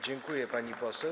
Dziękuję, pani poseł.